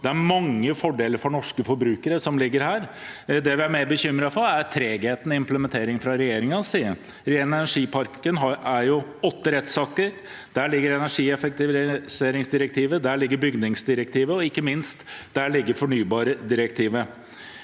Det ligger mange fordeler for norske forbrukere her. Det vi er mer bekymret for, er tregheten i implementering fra regjeringens side. I ren energi-pakken inngår det åtte rettsakter. Her ligger energieffektiviseringsdirektivet, bygningsdirektivet og ikke minst fornybardirektivet.